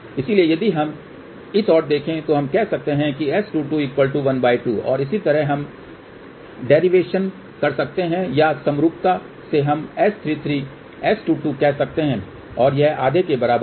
इसलिए यदि हम इस ओर देखें तो हम कह सकते हैं कि S22 ½ और इसी तरह हम डेरिवेशन कर सकते हैं या समरूपता से हम S33 S22 कह सकते हैं और यह आधे के बराबर है